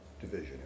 division